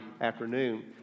afternoon